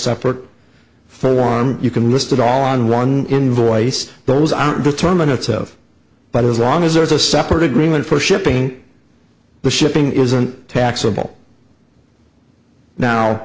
separate form you can listed all on one invoice those on determine itself but as long as there's a separate agreement for shipping the shipping isn't taxable now